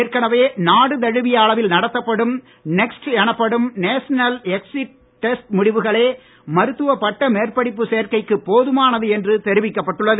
ஏற்கனவே நாடு தழுவிய அளவில் நடத்தப்படும் நெக்ஸ்ட் எனப்படும் நேஷனல் எக்சிட் டெஸ்ட் முடிவுகளே மருத்துவப் பட்ட மேற்படிப்பு சேர்க்கைக்கு போதுமானது என்று தெரிவிக்கப்பட்டுள்ளது